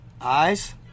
Eyes